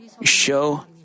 show